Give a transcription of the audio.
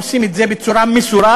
עושים את זה בצורה מסורה,